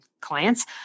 clients